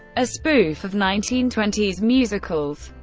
a spoof of nineteen twenty s musicals.